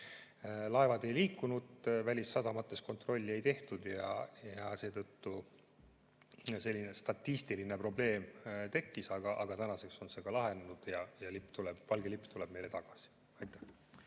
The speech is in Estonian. laevad ei liikunud, välissadamates kontrolli ei tehtud ja seetõttu selline statistiline probleem tekkis, aga tänaseks on see lahenenud ja valge lipp tuleb meile tagasi. Aitäh!